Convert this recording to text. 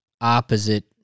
opposite